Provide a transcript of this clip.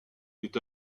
est